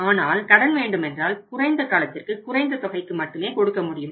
ஆனால் கடன் வேண்டுமென்றால் குறைந்த காலத்திற்கு குறைந்த தொகைக்கு மட்டுமே கொடுக்க முடியும்